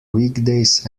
weekdays